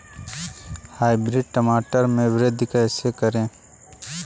Hybrid टमाटर में वृद्धि कैसे करें?